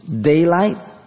daylight